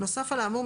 נוסף על האמור,